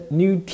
new